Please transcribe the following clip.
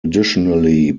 additionally